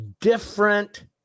different